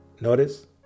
Notice